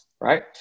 right